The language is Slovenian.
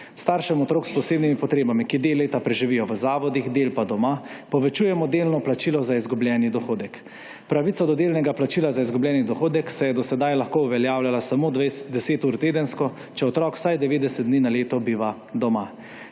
Staršem otrok s posebnimi potrebami, ki del leta preživijo v zavodih del pa doma, povečujemo delno plačilo za izgubljeni dohodek. Pravico do delnega plačila za izgubljeni dohodek se je do sedaj lahko uveljavljala samo 10 ur tedensko, če otrok vsaj 90 dni na leto biva doma.